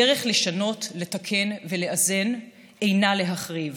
הדרך לשנות, לתקן ולאזן אינה להחריב.